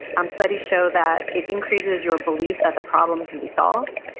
um studies show that it increases your belief that the problem can be solved.